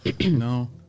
No